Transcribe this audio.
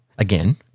Again